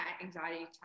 anxiety